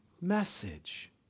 message